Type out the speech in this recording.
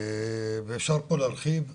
אפשר פה להרחיב,